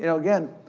you know again,